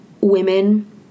women